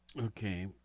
Okay